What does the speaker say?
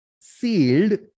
sealed